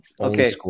Okay